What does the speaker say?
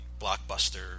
blockbuster